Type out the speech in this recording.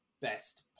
best